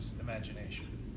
imagination